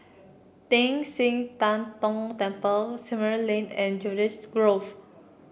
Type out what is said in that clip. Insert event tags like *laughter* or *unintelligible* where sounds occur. Teng San Tian Tong Temple Several Lane and *unintelligible* Grove